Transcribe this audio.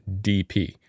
DP